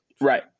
Right